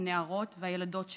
הנערות והילדות שלה,